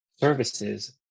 services